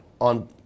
on